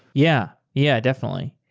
yeah. yeah. definitely.